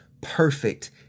perfect